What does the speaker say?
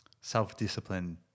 self-discipline